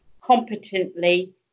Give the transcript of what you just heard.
competently